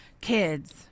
kids